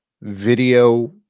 video